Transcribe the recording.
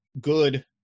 good